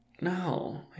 No